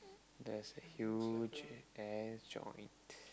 that's a huge ass joint